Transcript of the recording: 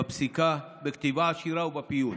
בפסיקה, בכתיבה עשירה ובפיוט.